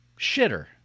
Shitter